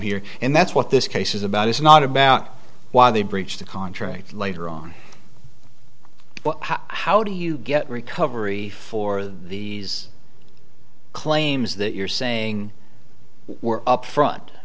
here and that's what this case is about is not about why they breached the contract later on how do you get recovery for the claims that you're saying were upfront